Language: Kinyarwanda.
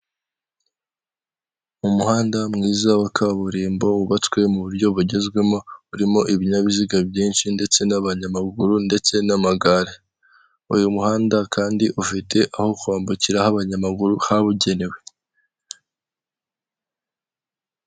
Umuhanda mwiza wa kaburimbo wubatswe mu buryo bugezwemo urimo ibinyabiziga byinshi ndetse n'abanyamaguru ndetse n'amagare, uyu muhanda kandi ufite aho kwambukiraho h'abanyamaguru habugenewe.